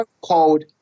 called